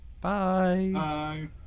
Bye